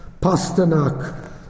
Pasternak